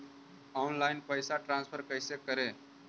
Online पैसा transfer कैसे करे?